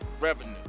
revenue